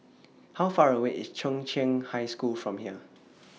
How Far away IS Chung Cheng High School from here